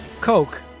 Coke